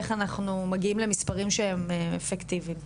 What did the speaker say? איך אנחנו מגיעים למספרים שהם אפקטיביים.